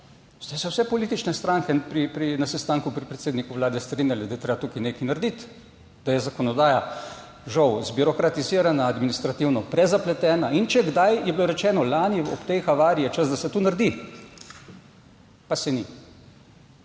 ste se vse politične stranke na sestanku pri predsedniku vlade strinjali, da je treba tukaj nekaj narediti. da je zakonodaja žal zbirokratizirana, administrativno prezapletena in če je kdaj, je bilo rečeno lani ob tej havari je čas, da se to naredi, pa se ni.